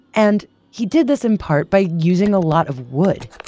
and he did this in part by using a lot of wood.